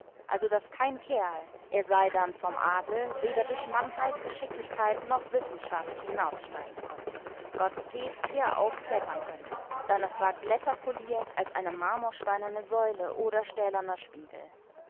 also daß kein kerl er sei dann vom adel weder durch mannheit geschicklichkeit noch wissenschaft hinaufsteigen konnte gott geb wie er auch klettern könnte dann es war glätter poliert als eine marmorsteinerne säule oder stählerner spiegel